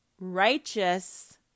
righteous